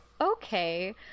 okay